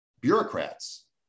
bureaucrats